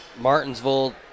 Martinsville